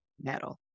metal